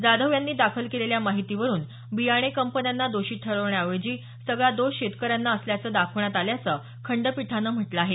जाधव यांनी दाखल केलेल्या माहितीवरुन बियाणे कंपन्यांना दोषी ठरवण्याऐवजी सगळा दोष शेतकऱ्यांचा असल्याचं दाखवण्यात आल्याचं खंडपीठानं म्हटलं आहे